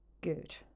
Good